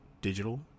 Digital